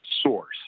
source